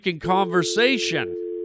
conversation